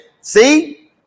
see